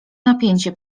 napięcie